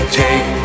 take